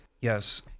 Yes